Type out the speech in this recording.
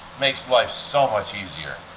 makes life so much easier.